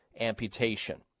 amputation